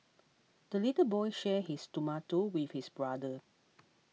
the little boy shared his tomato with his brother